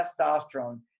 testosterone